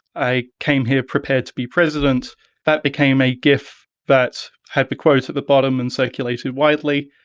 i came here prepared to be president that became a gif that had the quote at the bottom and circulated widely,